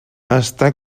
està